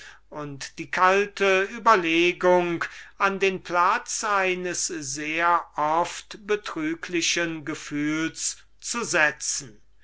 und die kalte überlegung an den platz eines sehr oft betrüglichen gefühls zu setzen